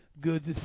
goods